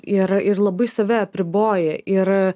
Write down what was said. ir ir labai save apriboja ir